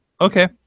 Okay